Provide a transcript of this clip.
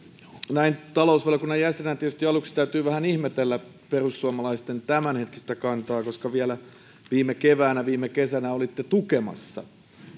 näin talousvaliokunnan jäsenenä tietysti aluksi täytyy vähän ihmetellä perussuomalaisten tämänhetkistä kantaa koska vielä viime keväänä viime kesänä olitte tukemassa